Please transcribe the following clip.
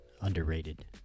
underrated